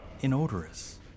inodorous